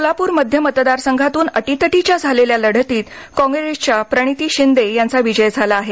सोलापूर मध्य मतदार संघातून अटीतटीच्या झालेल्या लढतीत कॉंग्रेसच्या प्रणिती शिंदे यांचा विजय झाला आहे